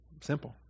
Simple